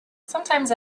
sometimes